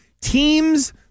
teams